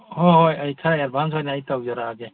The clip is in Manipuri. ꯍꯣ ꯍꯣꯏ ꯑꯩ ꯈꯔ ꯑꯦꯠꯚꯥꯟꯁ ꯑꯣꯏꯅ ꯑꯩ ꯇꯧꯖꯔꯛꯑꯒꯦ